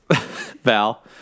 Val